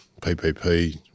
ppp